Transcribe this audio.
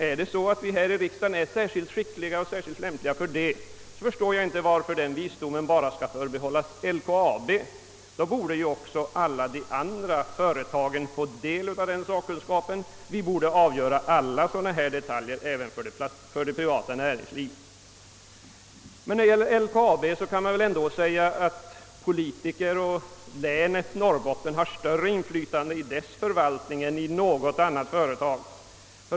Är vi här i riksdagen särskilt skickliga och lämpliga härför, förstår jag inte varför den visdomen endast skall förbehållas LKAB. Då borde även andra företag få del av den sakkunskapen. Vi borde avgöra alla sådana detaljer även för det privata näringslivet. Beträffande LKAB kan man väl dock säga att politikerna och länet har större inflytande i dess förvaltning än i något annat företag.